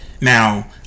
Now